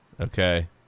okay